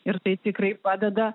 ir tai tikrai padeda